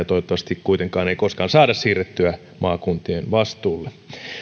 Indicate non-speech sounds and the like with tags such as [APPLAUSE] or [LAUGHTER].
[UNINTELLIGIBLE] toivottavasti kuitenkaan ei koskaan saada siirrettyä maakuntien vastuulle